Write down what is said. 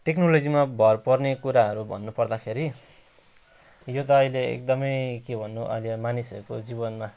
टेक्नोलोजीमा भरपर्ने कुराहरू भन्नुपर्दाखेरि यो त अहिले एकदमै के भन्नु अहिले अब मानिसहरूको जीवनमा